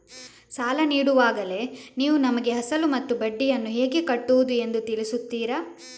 ಸಾಲ ನೀಡುವಾಗಲೇ ನೀವು ನಮಗೆ ಅಸಲು ಮತ್ತು ಬಡ್ಡಿಯನ್ನು ಹೇಗೆ ಕಟ್ಟುವುದು ಎಂದು ತಿಳಿಸುತ್ತೀರಾ?